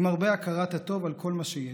עם הרבה הכרת הטוב על כל מה שיש,